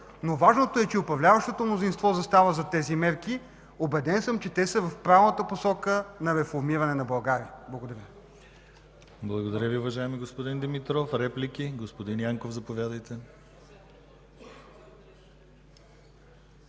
е обаче, че управляващото мнозинство застава зад тези мерки. Убеден съм, че те са в правилната посока на реформиране на България. Благодаря Ви. ПРЕДСЕДАТЕЛ ДИМИТЪР ГЛАВЧЕВ: Благодаря Ви, уважаеми господин Димитров. Реплики? Господин Янков, заповядайте.